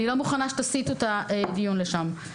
אני לא מוכנה שתסיטו את הדיון לשם.